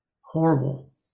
horrible